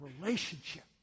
relationship